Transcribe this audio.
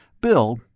Bill